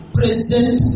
present